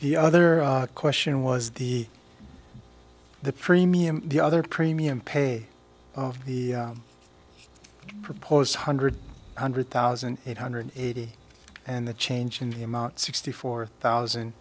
the other question was the the premium the other premium pay off the propose hundredth hundred thousand eight hundred eighty and the change in the amount sixty four thousand